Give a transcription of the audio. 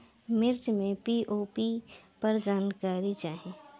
मिर्च मे पी.ओ.पी पर जानकारी चाही?